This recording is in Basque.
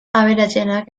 aberatsenak